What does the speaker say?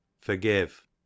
forgive